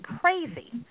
crazy